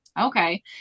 okay